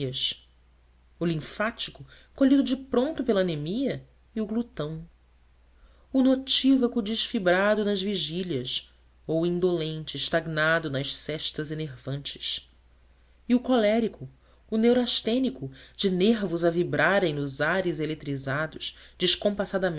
o linfático colhido de pronto pela anemia e o glutão o noctívago desfibrado nas vigílias ou o indolente estagnado nas sestas enervantes e o colérico o neurastênico de nervos a vibrarem nos ares eletrizados